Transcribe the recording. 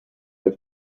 have